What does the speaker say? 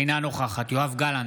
אינה נוכחת יואב גלנט,